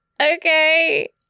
okay